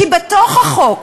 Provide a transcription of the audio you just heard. כי בתוך החוק,